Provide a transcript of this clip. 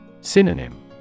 Synonym